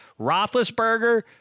Roethlisberger